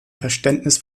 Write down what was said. verständnis